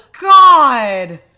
God